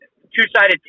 two-sided